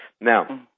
Now